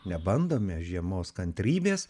nebandome žiemos kantrybės